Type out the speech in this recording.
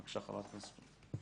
בבקשה חברת הכנסת.